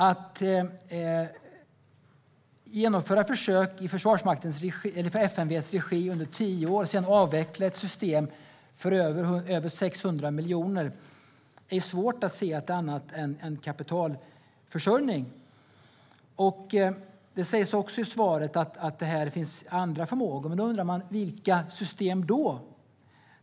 Att genomföra försök i FMV:s regi under tio år och sedan avveckla ett system för över 600 miljoner är svårt att se som något annat än kapitalförstöring. Det sägs också i svaret att det finns andra förmågor, men då undrar jag: Vilka system då?